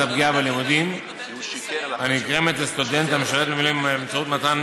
הפגיעה בלימודים הנגרמת לסטודנט המשרת במילואים באמצעות מתן